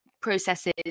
processes